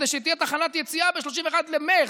כדי שתהיה תחנת יציאה ב-31 במרץ.